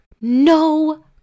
no